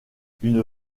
une